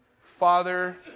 Father